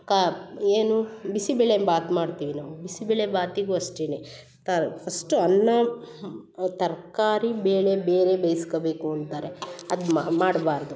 ಕಾ ಏನು ಬಿಸಿಬೇಳೆ ಬಾತ್ ಮಾಡ್ತೇವೆ ನಾವು ಬಿಸಿಬೇಳೆ ಬಾತಿಗು ಅಷ್ಟೆ ತಾ ಫಸ್ಟು ಅನ್ನ ತರಕಾರಿ ಬೇಳೆ ಬೇರೆ ಬೇಯ್ಸ್ಕೊಬೇಕು ಅಂತಾರೆ ಅದು ಮಾಡ್ಬಾರದು